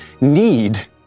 need